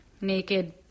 naked